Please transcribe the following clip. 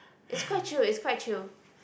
it's quite chill it's quite chill